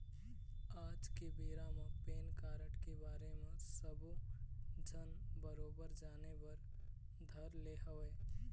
आज के बेरा म पेन कारड के बारे म सब्बो झन बरोबर जाने बर धर ले हवय